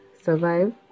survive